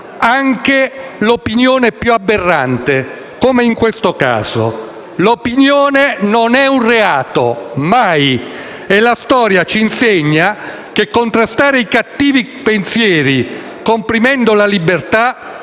anche l'opinione più aberrante, come in questo caso. L'opinione non è un reato, mai. E la storia ci insegna che contrastare i cattivi pensieri comprimendo la libertà